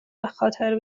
بخاطر